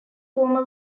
former